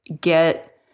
get